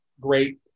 great